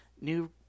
new